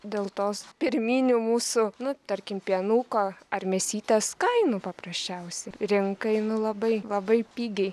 dėl tos pirminių mūsų nu tarkim pienuko ar mėsytės kainų paprasčiausiai rinkai nu labai labai pigiai